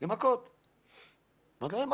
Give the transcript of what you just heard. מה קרה?